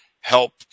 help